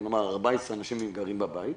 14 אנשים גרים בבית,